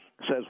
says